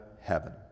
heaven